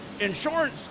insurance